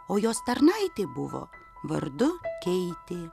o jos tarnaitė buvo vardu keitė